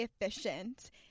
efficient